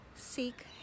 seek